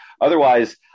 otherwise